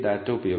6 ഉം ആണ്